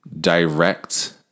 direct